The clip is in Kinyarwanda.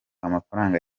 amafaranga